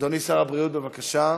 אדוני שר הבריאות, בבקשה.